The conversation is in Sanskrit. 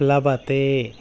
प्लवते